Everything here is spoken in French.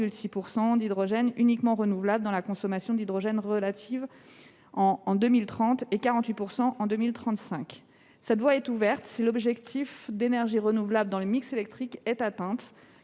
d’hydrogène uniquement renouvelable dans la consommation d’hydrogène relative en 2030 et 48 % en 2035. Cette voie est ouverte si l’objectif d’énergie renouvelable dans le mix électrique est atteint